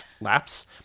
Laps